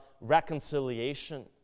reconciliation